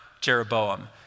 Jeroboam